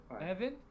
Evan